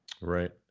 right